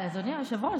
אדוני היושב-ראש,